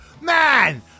man